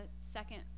second